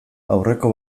aurreko